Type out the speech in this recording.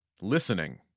Listening